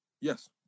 Yes